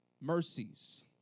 mercies